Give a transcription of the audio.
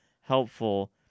helpful